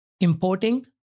importing